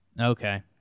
Okay